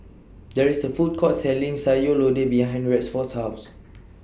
There IS A Food Court Selling Sayur Lodeh behind Rexford's House